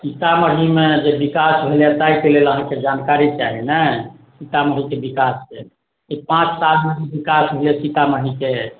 सीतामढ़ीमे जे विकास भेलै ताहिके लेल अहाँकेँ जानकारी चाही नहि सीतामढ़ीके विकास भेल ई पाँच सालमे विकास भेल सीतामढ़ीके